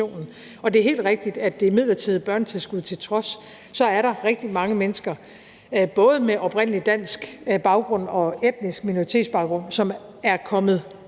Og det er helt rigtigt, at det midlertidige børnetilskud til trods er der rigtig mange mennesker både med oprindelig dansk baggrund og etnisk minoritetsbaggrund, som er kommet